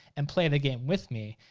and play the game with me.